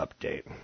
update